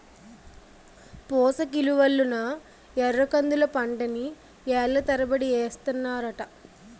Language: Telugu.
పోసకిలువలున్న ఎర్రకందుల పంటని ఏళ్ళ తరబడి ఏస్తన్నారట